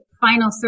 final